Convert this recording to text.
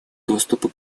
доступа